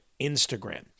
Instagram